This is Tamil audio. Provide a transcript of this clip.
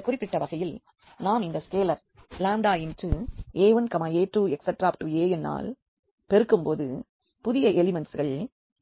இந்தக் குறிப்பிட்ட வகையில் நாம் இந்த ஸ்கேலர் a1a2anஆல் பெருக்கும் போது புதிய எலிமெண்ட்ஸ்கள்